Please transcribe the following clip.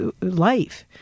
life